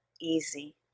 easy